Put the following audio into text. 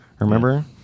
remember